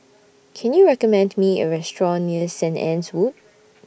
Can YOU recommend Me A Restaurant near Saint Anne's Wood